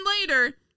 later